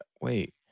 wait